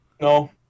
No